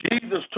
Jesus